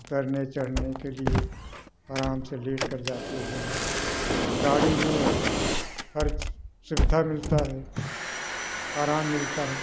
उतरने चढ़ने के लिए आराम से लेटकर जाते हैं गाड़ी में हर सुविधा मिलता है आराम मिलता है